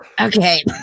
Okay